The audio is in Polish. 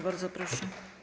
Bardzo proszę.